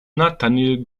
nathanael